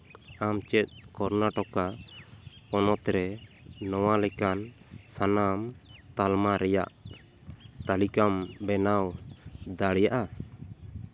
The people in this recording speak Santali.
ᱟᱢ ᱪᱮᱫ ᱠᱚᱨᱱᱟᱴᱚᱠᱟ ᱯᱚᱱᱚᱛ ᱨᱮ ᱱᱚᱣᱟ ᱞᱮᱠᱟᱱ ᱥᱟᱱᱟᱢ ᱛᱟᱞᱢᱟ ᱨᱮᱭᱟᱜ ᱛᱟᱹᱞᱤᱠᱟᱢ ᱵᱮᱱᱟᱣ ᱫᱟᱲᱮᱭᱟᱜᱼᱟ